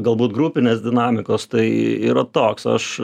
galbūt grupinės dinamikos tai yra toks aš